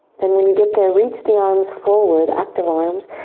then when you get there, reach the arms forward, active arms,